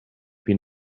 been